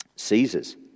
Caesar's